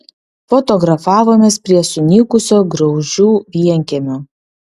fotografavomės prie sunykusio graužių vienkiemio